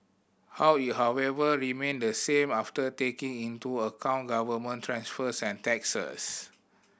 how it however remained the same after taking into account government transfers and taxes